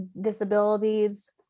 disabilities